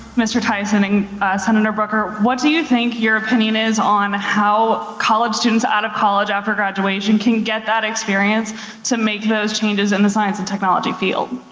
mr. tyson and senator booker, what do you think your opinion is on how college students out of college after graduation can get that experience to make those changes in the science and technology field?